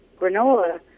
granola